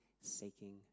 seeking